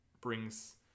brings